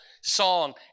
song